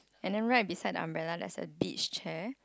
and then right beside the umbrella there's a beach chair